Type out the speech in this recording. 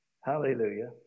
Hallelujah